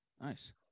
nice